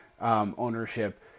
ownership